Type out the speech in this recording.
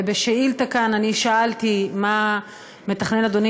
ובשאילתה כאן אני שאלתי מה מתכנן אדוני